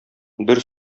бер